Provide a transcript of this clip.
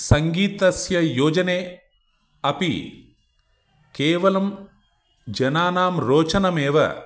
सङ्गीतस्य योजने अपि केवलं जनानां रोचनमेव